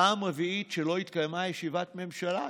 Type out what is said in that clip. פעם רביעית שלא התקיימה ישיבת ממשלה,